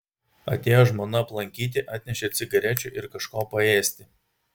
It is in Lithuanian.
atėjo žmona aplankyti atnešė cigarečių ir kažko paėsti